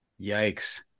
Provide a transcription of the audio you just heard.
Yikes